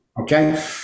okay